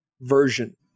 version